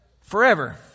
Forever